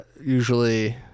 usually